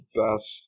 best